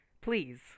Please